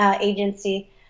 agency